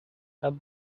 het